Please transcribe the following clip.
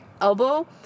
elbow